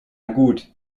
gut